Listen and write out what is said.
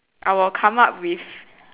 I will come up with